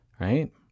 right